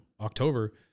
october